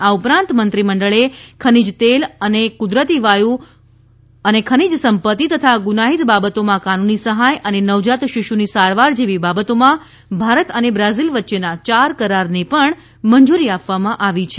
આ ઉપરાંત મંત્રીમંડળે ખનીજ તેલ અને કુદરતી વાયુ ભૂસત્વ વિજ્ઞાન અને ખનીજ સંપત્તિ તથા ગુનાઇત બાબતોમાં કાનૂની સહાય અને નવજાત શીશુની સારવાર જેવી બાબતોમાં ભારત અને બ્રાઝીલ વચ્ચેના ચાર કરારને પણ મંજૂરી આપવામાં આવી છે